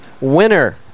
winner